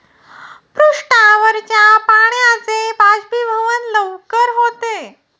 पृष्ठावरच्या पाण्याचे बाष्पीभवन लवकर होते